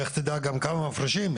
גם לך תדע כמה מפרישים,